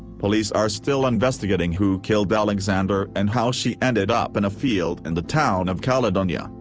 police are still investigating who killed alexander and how she ended up in a field in the town of caledonia,